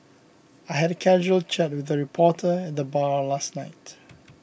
I had a casual chat with a reporter at the bar last night